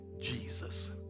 Jesus